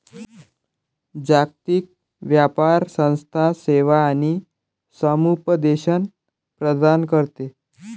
जागतिक व्यापार संस्था सेवा आणि समुपदेशन प्रदान करते